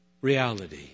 reality